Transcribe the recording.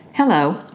Hello